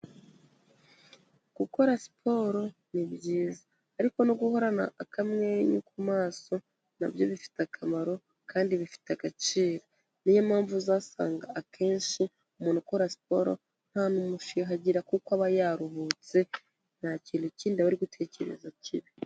Gukora siporo ni byiza ariko no guhorana akamwenyu ku maso na byo bifite akamaro kandi bifite agaciro, niyo mpamvu uzasanga akenshi umuntu ukora siporo nta n'umushiha agira kuko aba yaruhutse, nta kintu kindi aba ari gutekereza kibi.